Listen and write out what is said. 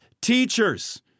teachers